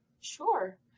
Sure